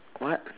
what